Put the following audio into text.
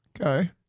Okay